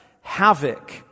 havoc